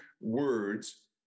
words